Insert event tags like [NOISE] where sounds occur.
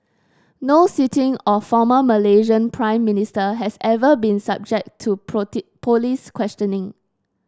no sitting or former Malaysian Prime Minister has ever been subject to [UNINTELLIGIBLE] police questioning